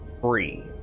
free